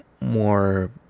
more